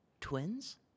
Twins